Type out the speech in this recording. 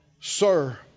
Sir